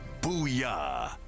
Booyah